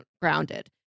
grounded